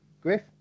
Griff